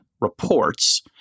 reports